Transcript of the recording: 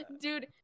Dude